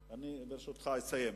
ברשותך, אני אסיים.